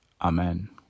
Amen